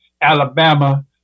Alabama